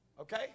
Okay